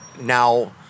now